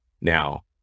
Now